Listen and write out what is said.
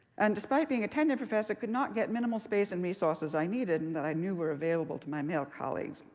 and despite being a tenured professor, could not get minimal space and resources i needed and that i knew were available to my male colleagues.